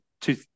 two